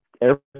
Air